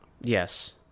Yes